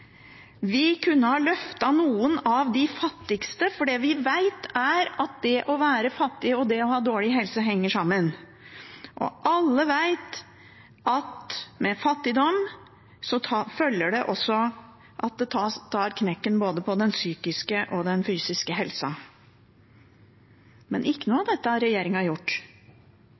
Vi kunne ha løftet noen av de fattigste, for vi vet at det å være fattig og å ha dårlig helse henger sammen. Alle vet at med fattigdom følger også at det tas knekken både på den psykiske og fysiske helsen. Ikke noe av dette har regjeringen gjort.